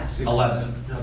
eleven